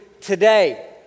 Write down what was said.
today